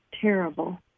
terrible